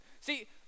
See